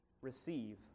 receive